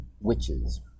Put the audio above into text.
witches